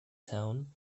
town